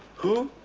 who?